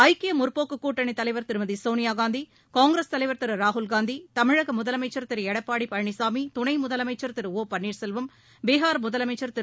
ஐக்கிய முற்போக்கு கூட்டணித்தலைவர் திருமதி சோனியா காந்தி காங்கிரஸ் தலைவர் திரு ராகுல் காந்தி தமிழக முதலமைச்சர் திரு எடப்பாடி பழனிசாமி துணை முதலமைச்சர் திரு ஓ பன்னீர்செல்வம் பிகார் முதலமைச்சர் திரு